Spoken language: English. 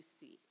see